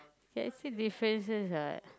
ya I say differences what